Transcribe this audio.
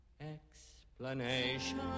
Explanation